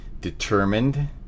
determined